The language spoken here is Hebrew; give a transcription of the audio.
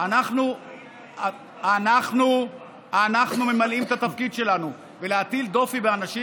אנחנו ממלאים את התפקיד שלנו, ולהטיל דופי באנשים,